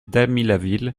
damilaville